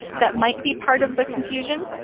that might be part of the confusion.